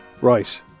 right